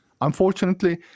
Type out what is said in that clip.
unfortunately